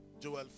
Joel